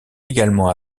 également